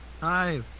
Hi